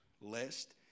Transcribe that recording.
lest